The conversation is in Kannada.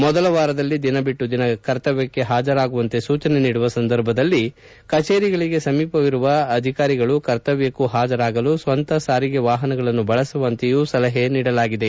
ಮೊದಲ ವಾರದಲ್ಲಿ ದಿನ ಬಿಟ್ಟು ದಿನ ಕರ್ತವ್ಯಕ್ಕೆ ಹಾಜರಾಗುವಂತೆ ಸೂಚನೆ ನೀಡುವ ಸಂದರ್ಭದಲ್ಲಿ ಕಚೇರಿಗಳಿಗೆ ಸಮೀಪವಿರುವ ಅಧಿಕಾರಿಗಳು ಕರ್ತವ್ಯಕ್ಕೂ ಹಾಜರಾಗಲು ಸ್ವಂತ ಸಾರಿಗೆ ವಾಹನಗಳನ್ನು ಬಳಸುವಂತೆಯೂ ಸಲಹೆ ಮಾಡುವಂತೆ ಸೂಚಿಸಲಾಗಿದೆ